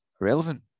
relevant